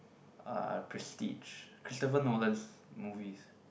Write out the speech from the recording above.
uh Prestige Christopher Nolan's movies